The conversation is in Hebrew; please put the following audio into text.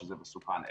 שזה מסוכן,